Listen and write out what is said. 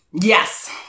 Yes